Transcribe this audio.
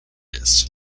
august